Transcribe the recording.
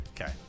Okay